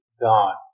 God